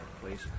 please